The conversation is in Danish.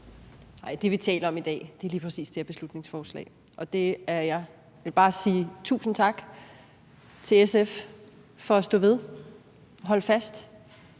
Nej, det, vi taler om i dag, er lige præcis det her beslutningsforslag, og jeg vil bare sige tusind tak til SF for at stå ved, holde fast.